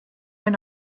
and